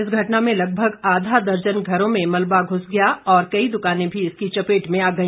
इस घटना में लगभग आधा दर्जन घरों में मलबा घुस गया और कई दुकाने भी इसकी चपेट में आ गई